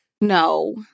no